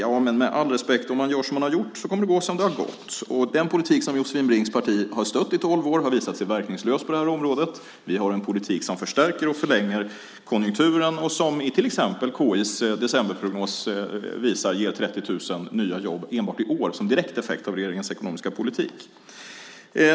Men med all respekt - om man gör som man har gjort kommer det att gå som det har gått. Den politik som Josefin Brinks parti har stött i tolv år har visat sig verkningslös på det här området. Vi har en politik som förstärker och förlänger konjunkturen. Som till exempel KI:s decemberprognos visar kommer 30 000 nya jobb enbart i år som en direkt effekt av regeringens ekonomiska politik.